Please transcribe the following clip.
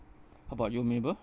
how about you mabel